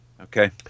Okay